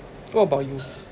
what about you